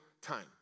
time